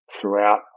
throughout